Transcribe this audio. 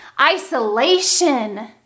isolation